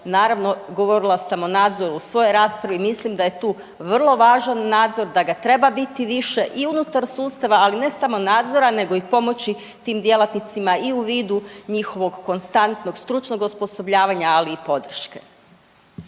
naravno govorila sam o nadzoru u svojoj raspravi, mislim da je tu vrlo važan nadzor, da ga treba biti više i unutar sustava, ali ne samo nadzora nego i pomoći tim djelatnicima i u vidu njihovog konstantnog stručnog osposobljavanja, ali i podrške.